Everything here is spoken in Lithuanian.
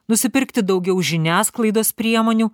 nusipirkti daugiau žiniasklaidos priemonių